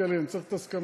הסכמתך,